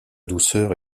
douceur